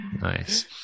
Nice